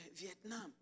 Vietnam